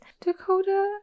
Dakota